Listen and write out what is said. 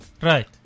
Right